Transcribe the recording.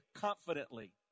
confidently